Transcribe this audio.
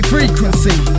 Frequency